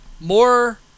more